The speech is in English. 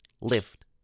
Lift